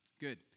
Good